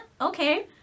okay